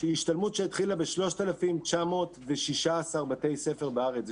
שהיא השתלמות שהתחילה ב-3,916 בתי ספר בארץ.